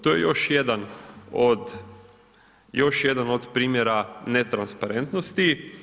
To je još jedan od primjera netransparentnosti.